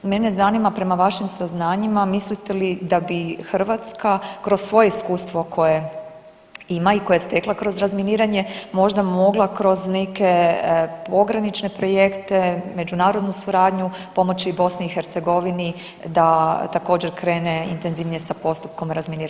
Mene zanima prema vašim saznanjima mislite li da bi Hrvatska kroz svoje iskustvo koje ima i koje je stekla kroz razminiranje možda mogla kroz neke pogranične projekte i međunarodnu suradnju pomoći BiH da također krene intenzivnije sa postupkom razminiravanja?